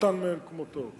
קטן מאין כמותו.